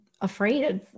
afraid